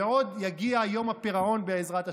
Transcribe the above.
ועוד יגיע יום הפירעון, בעזרת השם.